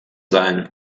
sein